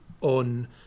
on